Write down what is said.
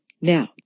Now